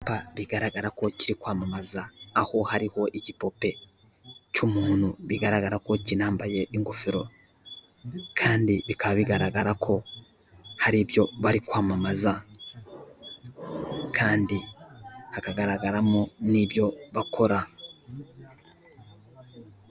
Icyapa bigaragara ko kiri kwamamaza aho hariho igipupe cy'umuntu bigaragara ko kinambaye ingofero kandi bikaba bigaragara ko hari ibyo bari kwamamaza kandi hakagaragaramo n'ibyo bakora.